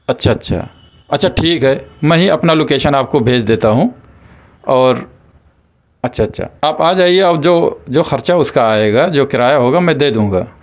اچھا اچھا اچھا ٹھیک ہے میں ہی اپنا لوکیشن آپ کو بھیج دیتا ہوں اور اچھا اچھا آپ آ جائیے اور جو جو خرچہ اس کا آئے گا جو کرایہ ہوگا میں دے دوں گا